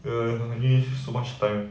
ya anyway so much time